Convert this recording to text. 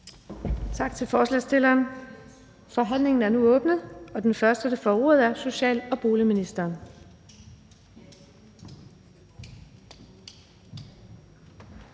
for forslagsstillerne. Forhandlingen er nu åbnet, og den første, der får ordet, er social- og boligministeren.